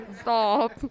stop